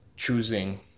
Choosing